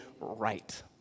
right